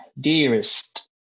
dearest